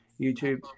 youtube